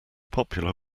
popular